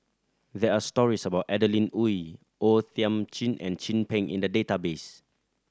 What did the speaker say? there are stories about Adeline Ooi O Thiam Chin and Chin Peng in the database